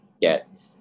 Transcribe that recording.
get